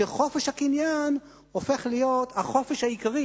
שחופש הקניין הופך להיות החופש העיקרי